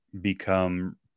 become